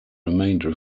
remainder